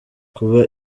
kuba